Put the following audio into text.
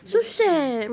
burger king